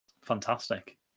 Fantastic